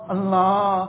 Allah